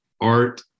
Art